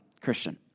christian